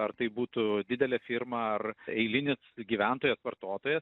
ar tai būtų didelė firma ar eilinis gyventojas vartotojas